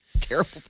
Terrible